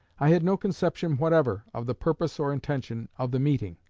i had no conception whatever of the purpose or intention of the meeting.